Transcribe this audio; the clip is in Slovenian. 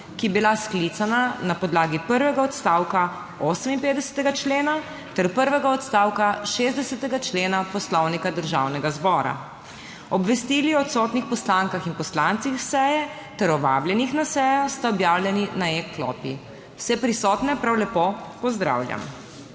je bila sklicana na podlagi prvega odstavka 58. člena ter prvega odstavka 60. člena Poslovnika Državnega zbora. Obvestili o odsotnih poslankah in poslancih seje ter o vabljenih na sejo sta objavljeni na e -klopi. Vse prisotne prav lepo pozdravljam!